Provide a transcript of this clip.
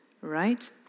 right